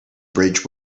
bridge